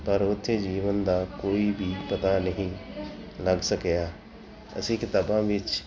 ਪਰ ਉੱਥੇ ਜੀਵਨ ਦਾ ਕੋਈ ਵੀ ਪਤਾ ਨਹੀਂ ਲੱਗ ਸਕਿਆ ਅਸੀਂ ਕਿਤਾਬਾਂ ਵਿੱਚ